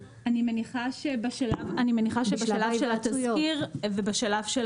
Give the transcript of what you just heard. אני מניחה שבשלב של התזכיר ובשלב של